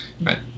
Right